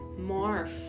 morph